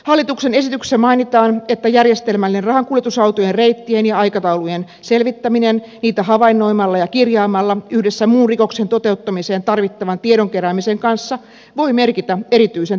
hallituksen esityksessä mainitaan että järjestelmällinen rahankuljetusautojen reittien ja aikataulujen selvittäminen niitä havainnoimalla ja kirjaamalla yhdessä muun rikoksen toteuttamiseen tarvittavan tiedon keräämisen kanssa voi merkitä erityisen tiedon hankintaa